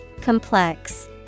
Complex